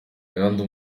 kandi